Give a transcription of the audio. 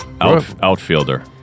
Outfielder